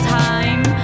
time